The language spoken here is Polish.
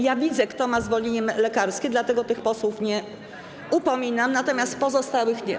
Ja widzę, kto ma zwolnienie lekarskie, dlatego tych posłów nie upominam, natomiast pozostali - nie.